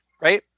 right